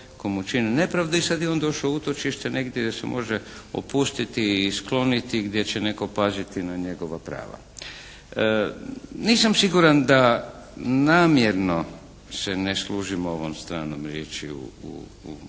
komu čine nepravdu i sada je on došao u utočište negdje gdje se može opustiti i skloniti gdje će netko paziti na njegova prava. nisam siguran da namjerno se ne služimo ovom stranom riječju u